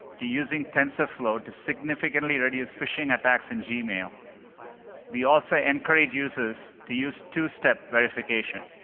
to using tensorflow to significantly reduce phishing attacks in gmail, we also encourage users to use two-step verification,